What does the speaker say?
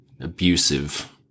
abusive